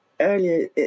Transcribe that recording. Earlier